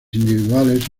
individuales